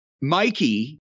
mikey